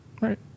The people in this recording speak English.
Right